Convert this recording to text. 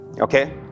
Okay